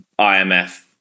IMF